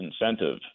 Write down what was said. incentive